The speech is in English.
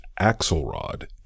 Axelrod